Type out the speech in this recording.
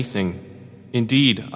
indeed